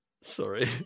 Sorry